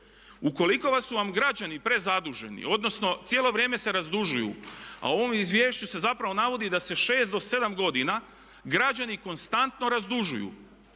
Ukoliko su vam građani prezaduženi, odnosno cijelo vrijeme se razdužuju, a u ovom izvješću se zapravo navodi da se šest do sedam godina građani konstantno razdužuju.